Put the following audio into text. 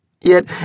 Yet